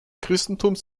christentums